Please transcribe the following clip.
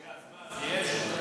רגע, אז מה, יש?